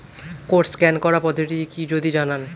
Code scan করার পদ্ধতিটি কি যদি জানান?